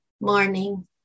morning